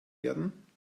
werden